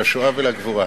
לשואה ולגבורה